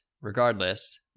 regardless